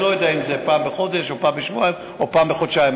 אני לא יודע אם זה פעם בחודש או פעם בשבועיים או פעם בחודשיים.